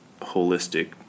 holistic